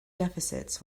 deficits